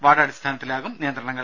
ward അടിസ്ഥാനത്തിലാകും നിയന്ത്രണങ്ങൾ